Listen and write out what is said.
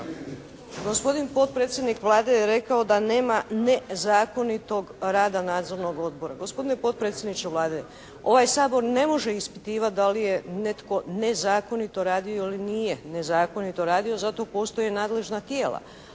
Gospodin potpredsjednik Vlade je rekao da nema nezakonitog rada nadzornog odbora. Gospodine potpredsjedniče Vlade ovaj Sabor ne može ispitivati da li je netko nezakonito radio ili nije nezakonito radio. Zato postoje nadležna tijela.